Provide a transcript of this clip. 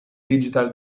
digital